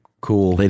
Cool